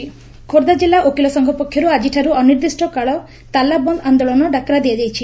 ତାଲା ବନ୍ଦ ଆନୋଳନ ଖୋର୍ବ୍ଧା ଜିଲ୍ଲା ଓକିଲ ସଂଘ ପକ୍ଷରୁ ଆକିଠାରୁ ଅନିର୍ଦ୍ଦିଷ୍କ କାଳ ତାଲା ବନ୍ଦ ଆନ୍ଦୋଳନ ଡାକରା ଦିଆଯାଇଛି